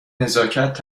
نزاکت